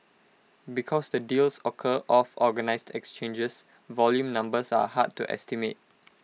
because the deals occur off organised exchanges volume numbers are hard to estimate